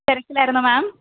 തിരക്കിലായിരുന്നോ മേം